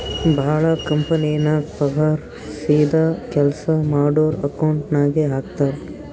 ಭಾಳ ಕಂಪನಿನಾಗ್ ಪಗಾರ್ ಸೀದಾ ಕೆಲ್ಸಾ ಮಾಡೋರ್ ಅಕೌಂಟ್ ನಾಗೆ ಹಾಕ್ತಾರ್